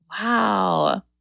Wow